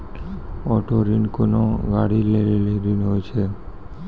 auto ऋण कोनो गाड़ी लै लेली ऋण होय छै